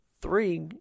three